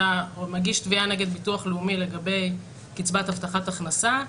אם מגישים תביעה נגד ביטוח לאומי לגבי קצבת הבטחת הכנסה,